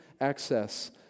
access